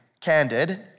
candid